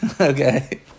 Okay